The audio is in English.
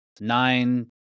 nine